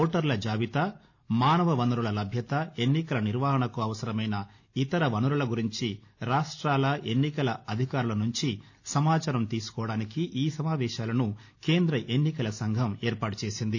ఓటర్ల జాబితా మానవ వనరుల లభ్యత ఎన్నికల నిర్వహణకు అవసరమైన ఇతర వనరుల గురించి రాష్ట్రాల ఎన్నికల అధికారుల నుంచి సమాచారం తీసుకోవడానికి ఈ సమావేశాలను కేంద్ర ఎన్నికల సంఘం ఏర్పాటు చేసింది